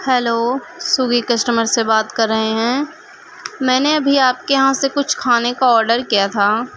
hello سووی customer سے بات کر رہے ہیں میں نے ابھی آپ کے یہاں سے کچھ کھانے کا آڈر کیا تھا